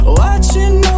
watching